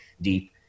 deep